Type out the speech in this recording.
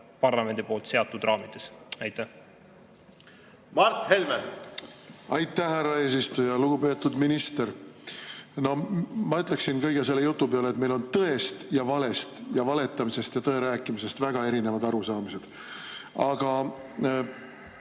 parlamendi poolt seatud raamidesse. Mart Helme. Aitäh, härra eesistuja! Lugupeetud minister! Ma ütleksin kõige selle jutu peale, et meil on tõest ja valest, valetamisest ja tõe rääkimisest väga erinevad arusaamised. Aga